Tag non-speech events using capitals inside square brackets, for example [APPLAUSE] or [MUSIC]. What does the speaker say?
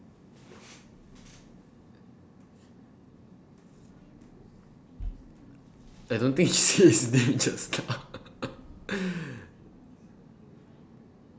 I don't think you said his name just now [LAUGHS]